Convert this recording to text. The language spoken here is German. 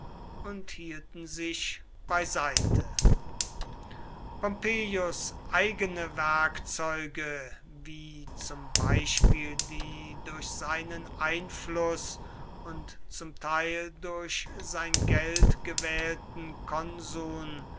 und hielten sich beiseite pompeius eigene werkzeuge wie zum beispiel die durch seinen einfloß und zum teil durch sein geld gewählten konsuln